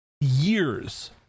years